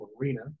arena